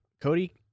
Cody